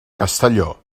castelló